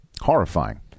horrifying